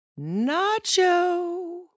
Nacho